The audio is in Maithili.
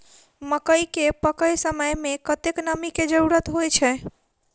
मकई केँ पकै समय मे कतेक नमी केँ जरूरत होइ छै?